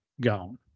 gone